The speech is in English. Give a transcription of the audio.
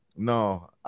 No